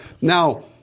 now